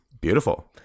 Beautiful